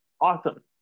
Awesome